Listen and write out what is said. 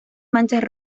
manchas